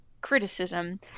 criticism